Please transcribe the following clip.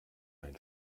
mein